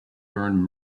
burned